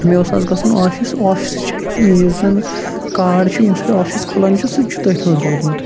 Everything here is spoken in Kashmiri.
مےٚ اوس آز گژھُن آفِس آفسٕچۍ یُس زَن کارڈ چھُ ییٚمہِ سۭتۍ آفِس کھُلان چھُ سُہ تہِ چھُ تٔتھۍ منٛز روٗدمُت